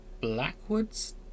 Blackwoods